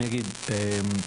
אני אגיד כך,